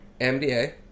MDA